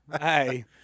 Hey